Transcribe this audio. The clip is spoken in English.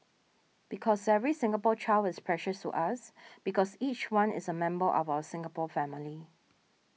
because every Singapore child is precious to us because each one is a member of our Singapore family